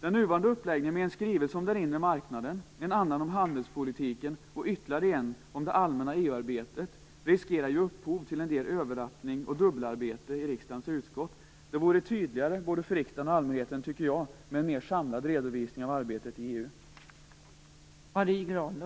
Den nuvarande uppläggningen med en skrivelse om den inre marknaden, en annan om handelspolitiken och ytterligare en om det allmänna EU-arbetet riskerar ge upphov till en del överlappning och dubbelarbete i riksdagens utskott. Det vore tydligare, både för riksdagen och allmänheten, med en mer samlad redovisning av arbetet i EU.